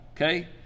Okay